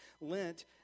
Lent